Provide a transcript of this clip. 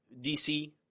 DC